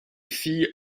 fille